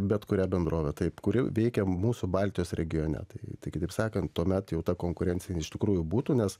bet kurią bendrovę taip kuri veikia mūsų baltijos regione tai tai kitaip sakant tuomet jau ta konkurencija jin iš tikrųjų būtų nes